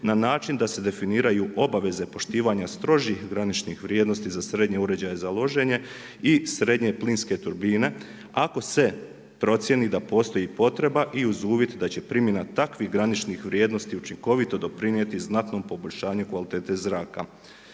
na način da se definiraju obaveze poštivanja strožih graničnih vrijednosti za srednje uređaje za loženje i srednje plinske turbine ako se procijeni da postoji potreba i uz uvjet da će primjena takvih graničnih vrijednosti učinkovito doprinijeti znatnom poboljšanju kvalitete zraka.